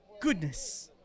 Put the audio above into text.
Goodness